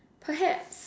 perhaps